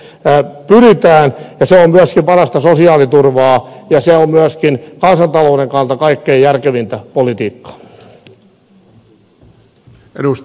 se on myöskin parasta sosiaaliturvaa ja se on myöskin kansantalouden kannalta kaikkein järkevintä politiikkaa